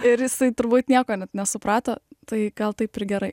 ir jisai turbūt nieko net nesuprato tai gal taip ir gerai